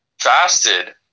fasted